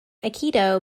aikido